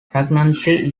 pregnancy